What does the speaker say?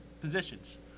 positions